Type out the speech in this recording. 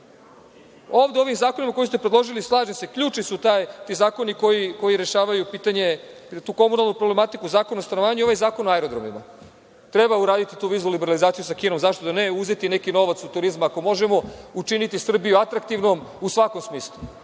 u ovim zakonima koje ste predložili, slažem se, ključni su ti zakoni koji rešavaju pitanje, tu komunalnu problematiku Zakona o stanovanju i ovaj Zakon o aerodromima. Treba uraditi tu viznu liberalizaciju sa Kinom, zašto da ne, i uzeti neki novac od turizma ako možemo, učiniti Srbiju atraktivnom u svakom smislu,